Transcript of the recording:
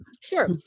Sure